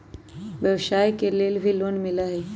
व्यवसाय के लेल भी लोन मिलहई?